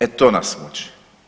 E to nas muči.